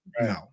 No